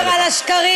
בואו נדבר על השקרים,